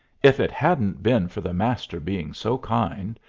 if it hadn't been for the master being so kind,